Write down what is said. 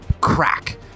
crack